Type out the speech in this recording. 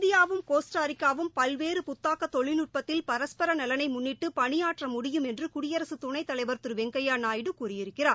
இந்தியாவும் கோஸ்ட்டாரிக்காவும் பல்வேறு புத்தாக்க தொழில்நுட்பத்தில் பரஸ்பர நலனை முன்னிட்டு பணிபாற்ற முடியும் என்று குடியரசு துணைத் தலைவர் திரு வெங்கய்ய நாயுடு கூறியிருக்கிறார்